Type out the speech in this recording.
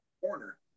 Corner